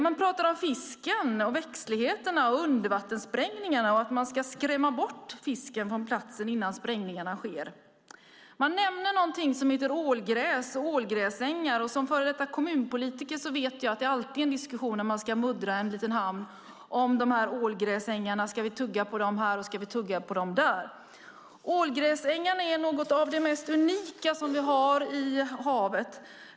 Man pratar om fisken, växtligheten och undervattenssprängningarna, att man ska skrämma bort fisken från platsen innan sprängningarna sker. Man nämner någonting som heter ålgräs och ålgräsängar. Som före detta kommunpolitiker vet jag att det alltid blir diskussion om de här ålgräsängarna när man ska muddra en liten hamn. Ska vi tugga på dem här eller ska vi tugga på dem där? Ålgräsängarna är något av det mest unika som vi har i havet.